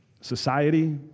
society